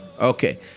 Okay